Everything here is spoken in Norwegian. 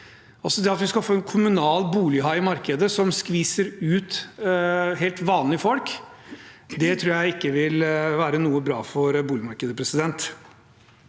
at vi skal få en kommunal bolighai i markedet som skviser ut helt vanlige folk, tror jeg ikke vil være bra for boligmarkedet. SVs